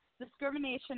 discrimination